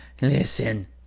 Listen